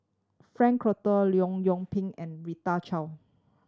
Frank Cloutier Leong Yoon Pin and Rita Chao